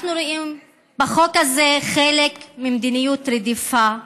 אנחנו רואים בחוק הזה חלק ממדיניות רדיפה,